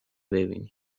کنیم